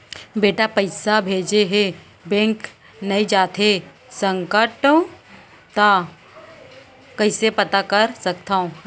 बेटा पइसा भेजे हे, बैंक नई जाथे सकंव त कइसे पता कर सकथव?